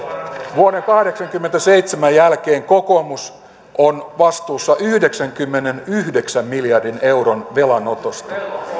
vuoden kahdeksankymmentäseitsemän jälkeen kokoomus on vastuussa yhdeksänkymmenenyhdeksän miljardin euron velanotosta